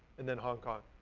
and then hong kong.